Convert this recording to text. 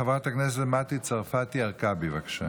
חברת הכנסת מטי צרפתי הרכבי, בבקשה.